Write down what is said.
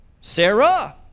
Sarah